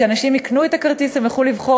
כשאנשים יקנו את הכרטיס הם יוכלו לבחור